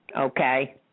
okay